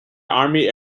army